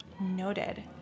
noted